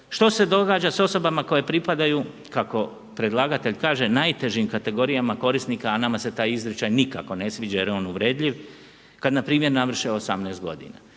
Što se događa sa osobama koje pripadaju kako predlagatelj kaže, najtežim kategorijama korisnika a nama se taj izričaj nikako ne sviđa jer je ov uvredljiv, kad npr. navrše 18 godina?